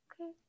Okay